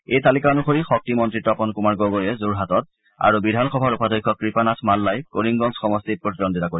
এই তালিকা অনুসৰি শক্তিমন্ত্ৰী তপন কৃমাৰ গগৈয়ে যোৰহাটত আৰু বিধানসভাৰ উপাধ্যক্ষ কৃপানাথ মাল্লাই কৰিমগঞ্জ সমষ্টিত প্ৰতিদ্বন্দ্বিতা কৰিব